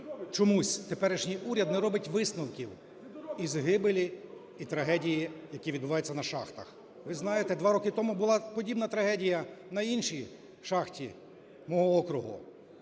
чомусь теперішній уряд не робить висновків із загибелі і трагедії, які відбуваються на шахтах. Ви знаєте, два роки тому була подібна трагедія на іншій шахті мого округу,